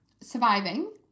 surviving